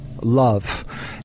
love